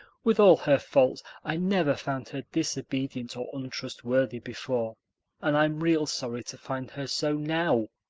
with all her faults, i never found her disobedient or untrustworthy before and i'm real sorry to find her so now.